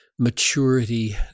maturity